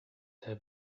have